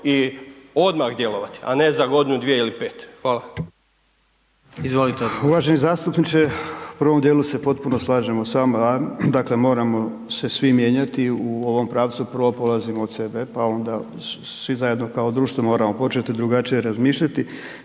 i odmah djelovati, a ne za godinu, dvije ili pet. Hvala.